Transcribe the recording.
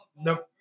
Nope